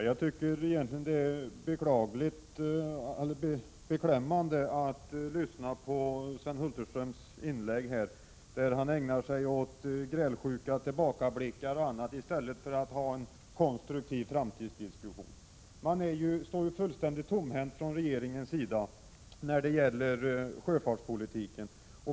Herr talman! Jag tycker att det är beklämmande att lyssna på Sven Hulterströms inlägg där han ägnar sig åt grälsjuka tillbakablickar o.d. i stället för att försöka ta upp konstruktiva framtidsdiskussioner. Regeringen står ju fullständigt tomhänt när det gäller sjöfartspolitiken.